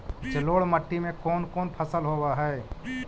जलोढ़ मट्टी में कोन कोन फसल होब है?